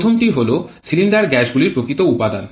প্রথমটি হল সিলিন্ডার গ্যাসগুলির প্রকৃত উপাদান